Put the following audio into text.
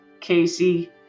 Casey